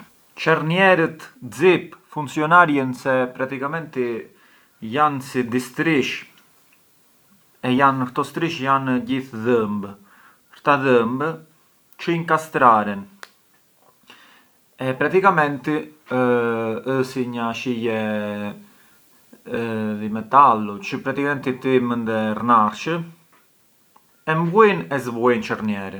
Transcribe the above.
Çernierët zip funcjonarjën se praticamenti janë si dy strishë e këto strishë jan gjithë dhëmb, këta dhëmb çë inkastraren e praticamenti ë si një arshije di metallu çë praticamenti ti mënd e rnarsh e mbyll e zbyll çernierën.